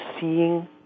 seeing